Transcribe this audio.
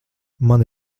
man